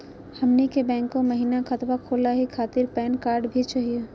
हमनी के बैंको महिना खतवा खोलही खातीर पैन कार्ड भी चाहियो?